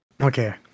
Okay